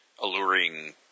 alluring